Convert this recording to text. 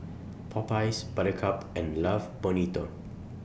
Popeyes Buttercup and Love Bonito